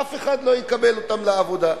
אף אחד לא יקבל אותן לעבודה.